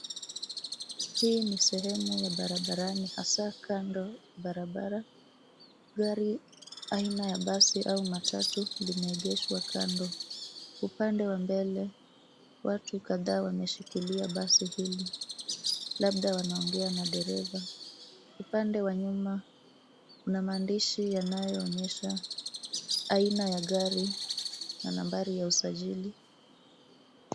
Hii ni sehemu ya barabarani hasa kando barabara. Gari aina ya basi au matatu limeegeshwa kando. Upande wa mbele watu kadhaa wameshikilia basi hili labda wanaongea na dereva. Upande wa nyuma una maandishi yanayoonyesha aina ya gari na nambari ya usajili.